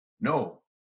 No